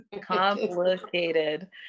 Complicated